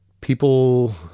People